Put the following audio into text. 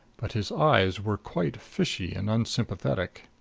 but his eyes were quite fishy and unsympathetic.